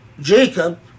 Jacob